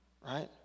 right